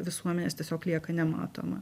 visuomenės tiesiog lieka nematoma